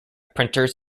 printers